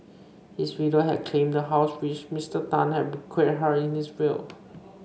his widow had claimed the house which Mister Tan had bequeathed her in his will